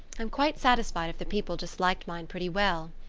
i'm quite satisfied if the people just liked mine pretty well.